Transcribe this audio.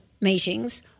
meetings